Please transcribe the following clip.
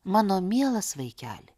mano mielas vaikeli